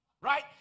Right